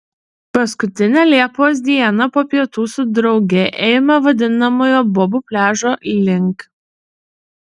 paskutinę liepos dieną po pietų su drauge ėjome vadinamojo bobų pliažo link